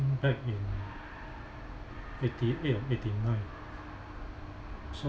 think back in eighty eight or eighty nine so